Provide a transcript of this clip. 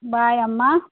bye అమ్మ